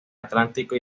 atlántico